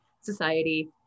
society